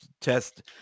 test